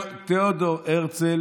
תיאודור הרצל